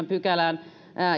pykälään tehdään